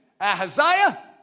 Ahaziah